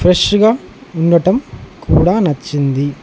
ఫ్రెష్గా ఉండడం కూడా నచ్చింది